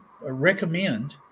recommend